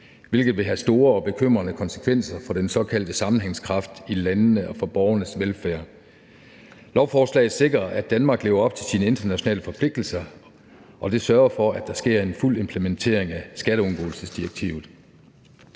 hvilket vil have store og bekymrende konsekvenser for den såkaldte sammenhængskraft i landene og for borgernes velfærd. Lovforslaget sikrer, at Danmark lever op til sine internationale forpligtelser, og det sørger for, at der sker en fuld implementering af skatteundgåelsesdirektivet.